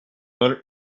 hundred